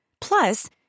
Plus